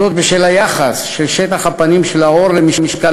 בשל היחס בין שטח הפנים של העור למשקל